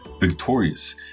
victorious